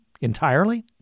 entirely